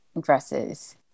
dresses